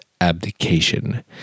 abdication